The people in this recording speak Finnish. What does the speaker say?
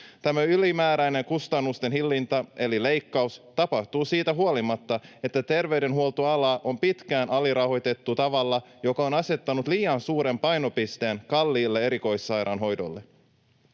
Tämä ylimääräinen kustannusten hillintä eli leikkaus tapahtuu siitä huolimatta, että terveydenhuoltoalaa on pitkään alirahoitettu tavalla, joka on asettanut liian suuren painopisteen kalliille erikoissairaanhoidolle.